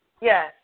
Yes